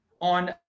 on